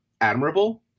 admirable